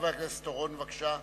חבר הכנסת אורון, בבקשה.